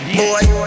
Boy